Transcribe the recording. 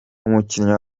umukinnyi